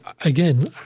again